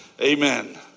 Amen